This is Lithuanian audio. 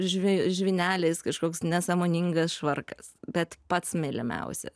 žvej žvyneliais kažkoks nesąmoningas švarkas bet pats mylimiausia